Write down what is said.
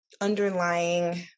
underlying